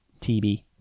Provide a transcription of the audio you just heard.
TB